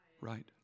Right